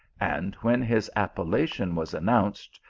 and when his appellation was announced,